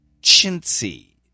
Chintzy